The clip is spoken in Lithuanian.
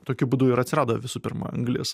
tokiu būdu ir atsirado visų pirma anglis